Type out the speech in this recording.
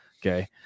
okay